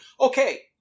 okay